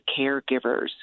caregivers